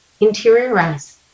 interiorize